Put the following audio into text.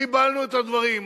קיבלנו את הדברים.